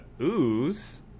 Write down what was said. ooze